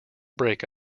break